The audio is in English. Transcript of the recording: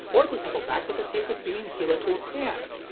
or the simple fact that the tape is being helically scanned.